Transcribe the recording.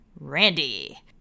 Randy